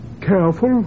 Careful